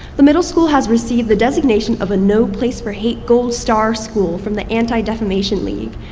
the middle school has received the designation of a no place for hate gold star school from the anti-defamation league.